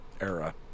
era